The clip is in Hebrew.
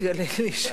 שהציע לי להישאר.